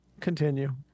Continue